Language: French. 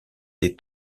des